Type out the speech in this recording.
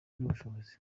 n’ubushobozi